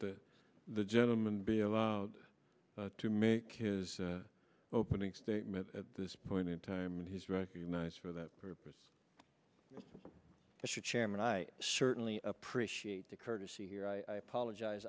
that the gentleman be allowed to make his opening statement at this point in time and he's recognized for that purpose mr chairman i certainly appreciate the courtesy here i apologize